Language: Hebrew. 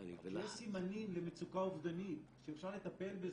יש סימנים למצוקה אובדנית שאפשר לטפל בזה,